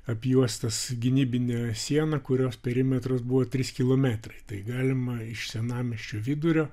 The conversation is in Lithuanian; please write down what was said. apjuostas gynybine siena kurios perimetras buvo trys kilometrai tai galima iš senamiesčio vidurio